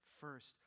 first